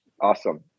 Awesome